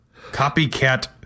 Copycat